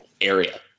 area